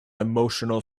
emotional